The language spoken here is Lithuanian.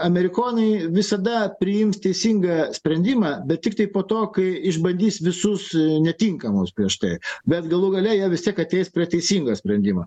amerikonai visada priims teisingą sprendimą bet tiktai po to kai išbandys visus netinkamus prieš tai bet galų gale jie vis tiek ateis prie teisingo sprendimo